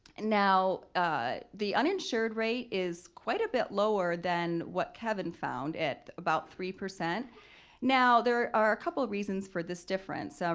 and now ah the uninsured rate is quite a bit lower than what kevin found at about three. now, there are a couple of reasons for this difference. so